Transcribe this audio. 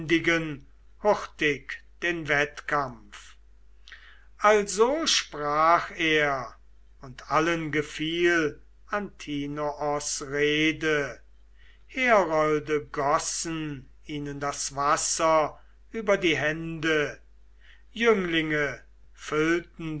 hurtig den wettkampf also sprach er und allen gefiel antinoos rede herolde gossen ihnen das wasser über die hände jünglinge füllten